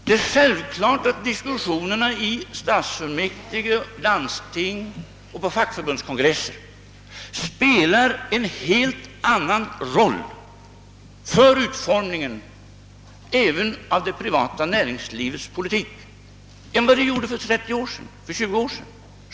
Det är självklart att diskussionerna i stadsfullmäktige, landsting och på fackförbundskongresser numera har en helt annan betydelse även för utformningen av det privata näringslivets politik än för 20 å 30 år sedan.